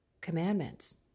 commandments